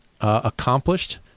accomplished